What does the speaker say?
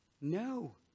No